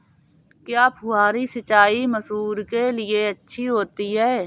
क्या फुहारी सिंचाई मसूर के लिए अच्छी होती है?